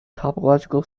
topological